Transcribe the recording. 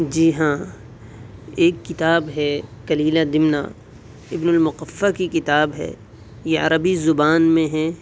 جی ہاں ایک كتاب ہے كليلہ دمنہ ابن المقفىٰ كى كتاب ہے يہ عربى زبان میں ہیں